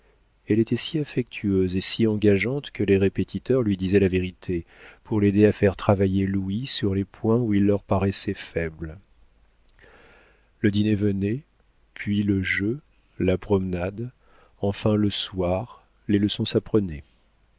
elle était si affectueuse et si engageante que les répétiteurs lui disaient la vérité pour l'aider à faire travailler louis sur les points où il leur paraissait faible le dîner venait puis le jeu la promenade enfin le soir les leçons s'apprenaient